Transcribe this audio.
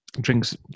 Drinks